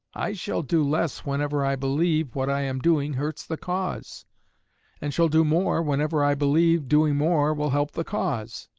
i shall do less whenever i believe what i am doing hurts the cause and shall do more whenever i believe doing more will help the cause.